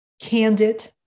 candid